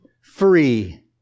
free